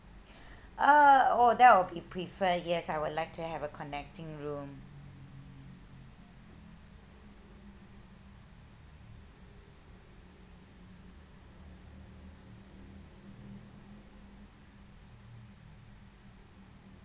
uh oh that would be prefer yes I would like to have a connecting room